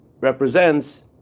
represents